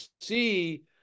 see